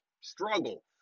struggle